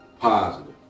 positive